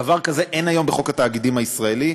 דבר כזה אין היום בחוק התאגידים הישראלי,